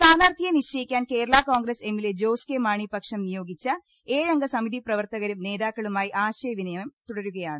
സ്ഥാനാർത്ഥിയെ നിശ്ചയിക്കാൻ കേരളാ കോൺസ് എമ്മിലെ ജോസ് കെ മാണി പക്ഷം നിയോഗിച്ച ഏഴംഗ സമിതി പ്രവർത്തകരും നേതാക്കളുമായി ആശയവിനിമയം തുടരുകയാണ്